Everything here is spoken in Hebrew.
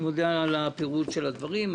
אני מודה על הפירוט של הדברים.